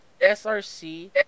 SRC